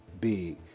big